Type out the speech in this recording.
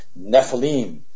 Nephilim